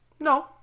No